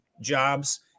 jobs